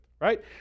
right